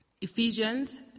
Ephesians